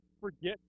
forget